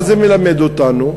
מה זה מלמד אותנו,